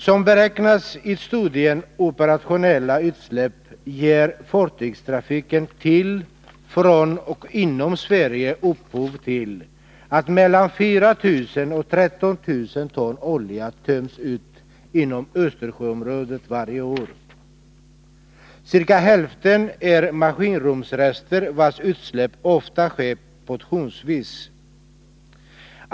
Som beräknats i studien Operationella utsläpp ger fartygstrafiken till, från och inom Sverige upphov till att mellan 4 000 och 13 000 ton olja varje år töms ut inom Östersjöområdet. Ca hälften är maskinrumsrester — utsläpp som oftast sker ”portionsvis”.